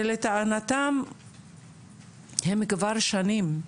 שלטענתם הם כבר שנים,